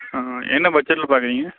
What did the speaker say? என்ன பட்ஜெட்டில் பார்க்குறீங்க